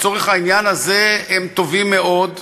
זו לא היהדות שאני מאמין בה.